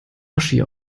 oschi